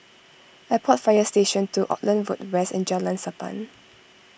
Airport Fire Station two Auckland Road West and Jalan Sappan